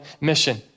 mission